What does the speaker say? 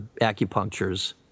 acupuncture's